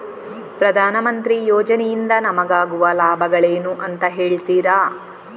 ಪ್ರಧಾನಮಂತ್ರಿ ಯೋಜನೆ ಇಂದ ನಮಗಾಗುವ ಲಾಭಗಳೇನು ಅಂತ ಹೇಳ್ತೀರಾ?